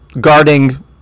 guarding